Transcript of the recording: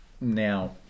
now